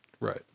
Right